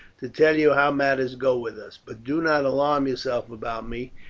to tell you how matters go with us but do not alarm yourself about me,